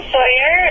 Sawyer